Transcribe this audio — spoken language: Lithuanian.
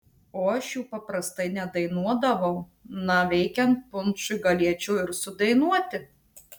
o aš jų paprastai nedainuodavau na veikiant punšui galėčiau ir sudainuoti